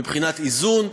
מבחינת איזון,